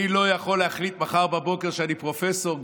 אני לא יכול להחליט מחר בבוקר שאני פרופסור,